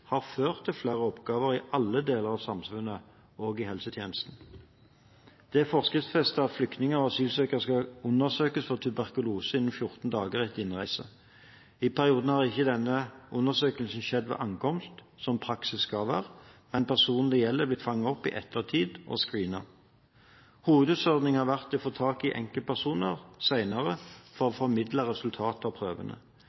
har ført til flere oppgaver i alle deler av samfunnet, også i helsetjenesten. Det er forskriftsfestet at flyktninger og asylsøkere skal undersøkes for tuberkulose innen 14 dager etter innreise. I perioden har ikke denne undersøkelsen skjedd ved ankomst, slik praksis skal være, men personene det gjelder, er blitt fanget opp i ettertid og screenet. Hovedutfordringen har vært å få tak i enkeltpersoner senere for å formidle resultatet av prøvene.